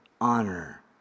honor